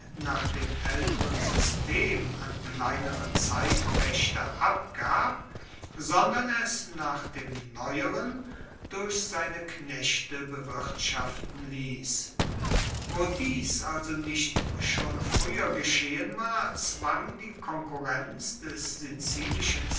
nach dem aelteren system an kleinere zeitpaechter abgab sondern es nach dem neueren durch seine knechte bewirtschaften liess wo dies also nicht schon frueher geschehen war zwang die konkurrenz des sizilischen